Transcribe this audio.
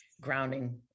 grounding